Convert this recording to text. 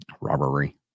robbery